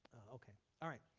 okay. all right.